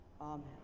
Amen